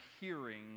hearing